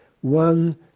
one